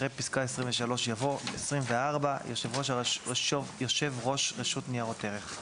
אחרי פסקה (23) יבוא: "(24)יושב ראש רשות ניירות ערך,